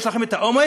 יש לכם האומץ?